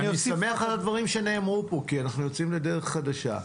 אני שמח על הדברים שנאמרו פה כי אנחנו יוצאים לדרך חדשה.